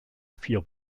vier